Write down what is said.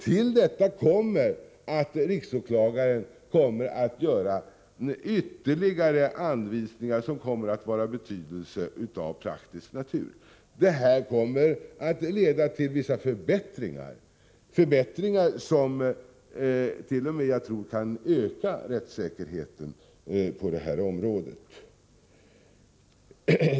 Till detta kommer att riksåklagaren kommer att ge ytterligare anvisningar av praktisk natur som blir av betydelse. Detta kommer att leda till vissa förbättringar, som jag tror t.o.m. kan öka rättssäkerheten på området.